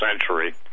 century